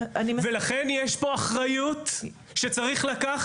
לכן יש פה אחריות שצריך לקחת,